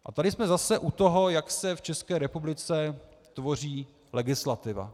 A tady jsme zase u toho, jak se v České republice tvoří legislativa.